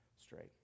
straight